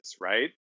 Right